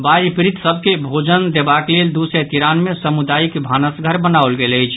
बाढ़ि पीड़ित सभ के भोजन देबाक लेल दू सय तिरानवे सामुदायिक भानस घर बनाओल अछि